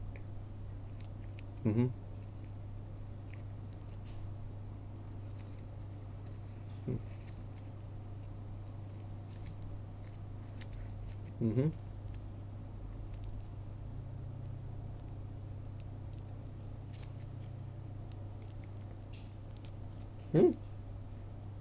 mmhmm mmhmm hmm